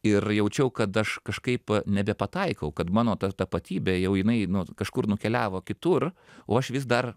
ir jaučiau kad aš kažkaip nebepataikau kad mano ta tapatybė jau jinai no kažkur nukeliavo kitur o aš vis dar